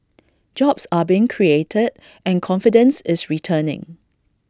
jobs are being created and confidence is returning